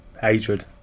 hatred